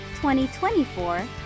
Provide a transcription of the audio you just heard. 2024